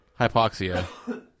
Hypoxia